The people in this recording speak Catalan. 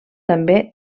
també